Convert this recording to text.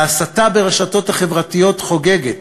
ההסתה ברשתות החברתיות חוגגת,